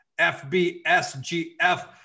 FBSGF